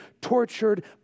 tortured